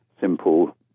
simple